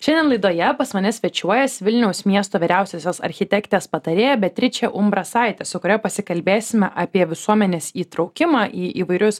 šiandien laidoje pas mane svečiuojasi vilniaus miesto vyriausiosios architektės patarėja beatričė umbrasaitė su kuria pasikalbėsime apie visuomenės įtraukimą į įvairius